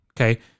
okay